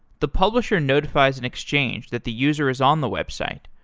the publisher notifies an exchange that the user is on the website.